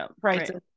prices